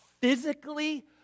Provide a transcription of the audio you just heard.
physically